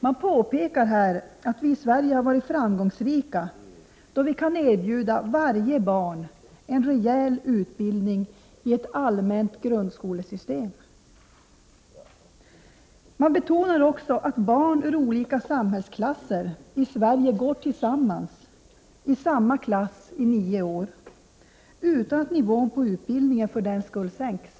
Man påpekar att vi i Sverige har varit framgångsrika, då vi kan erbjuda varje barn en rejäl utbildning i ett allmänt grundskolesystem. Man betonar att barn ur olika samhällsklasser i Sverige går tillsammans i samma klass i nio år, utan att nivån på utbildningen för den skull sänks.